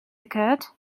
occurred